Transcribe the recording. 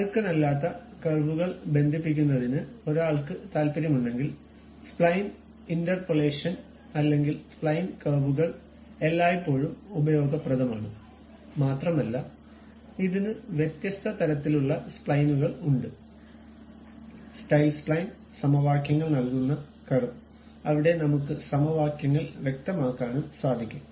പരുക്കനല്ലാത്ത കർവുകൾ ബന്ധിപ്പിക്കുന്നതിന് ഒരാൾക്ക് താൽപ്പര്യമുണ്ടെങ്കിൽ സ്പ്ലൈൻ ഇന്റർപോളേഷൻ അല്ലെങ്കിൽ സ്പ്ലൈൻ കർവുകൾ എല്ലായ്പ്പോഴും ഉപയോഗപ്രദമാണ് മാത്രമല്ല ഇതിന് വ്യത്യസ്ത തരത്തിലുള്ള സ്പ്ലൈനുകൾ ഉണ്ട് സ്റ്റൈൽ സ്പ്ലൈൻ സമവാക്യങ്ങൾ നൽകുന്ന കർവ് അവിടെ നമ്മുക്ക് സമവാക്യങ്ങൾ വ്യക്തമാക്കാനും സാധിക്കും